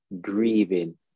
grieving